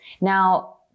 Now